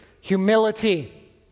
humility